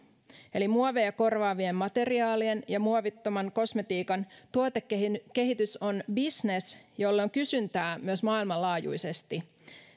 eli muoveja korvaavien materiaalien ja muovittoman kosmetiikan tuotekehitys on bisnes jolle on kysyntää myös maailmanlaajuisesti